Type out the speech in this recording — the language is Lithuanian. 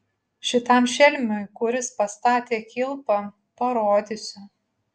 šitam šelmiui kuris pastatė kilpą parodysiu